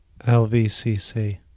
LVCC